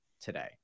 today